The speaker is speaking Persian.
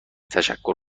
تشکر